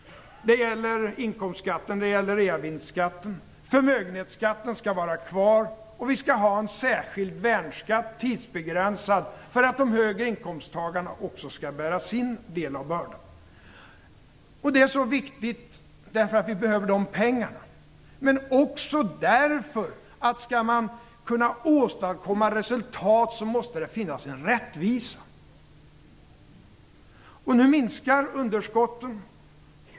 Det gäller inkomstskatten och reavinstskatten. Förmögenshetsskatten skall vara kvar, och vi skall ha en särskild tidsbegränsad värnskatt för att höginkomsttagarna också skall bära sin del av bördan. Det är viktigt därför att vi behöver de pengarna, men också därför att det måste finnas en rättvisa om man skall kunna åstadkomma resultat. Nu minskar underskotten.